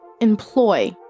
Employ